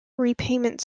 repayment